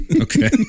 Okay